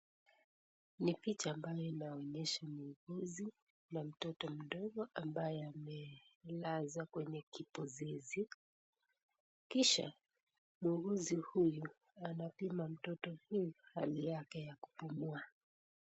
Ni picha ambayo inaonyesha muuguzi na mtoto mdogo ambaye amelazwa kwenye kipozizi kisha muuguzi huyu anapima mtotto huyu hali yake ya kupumua.